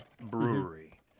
Brewery